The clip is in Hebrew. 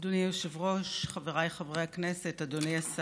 שתנמק את ההצעה היא חברת הכנסת שלי יחימוביץ.